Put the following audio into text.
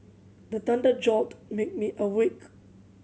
the thunder jolt make me awake